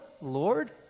Lord